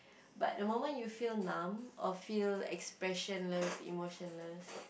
but the moment you feel numb or feel expressionless emotionless